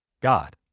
God